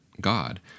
God